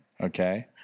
okay